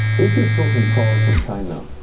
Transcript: if you're sourcing products from china,